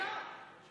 אין מקום לכיסאות.